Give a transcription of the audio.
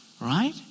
right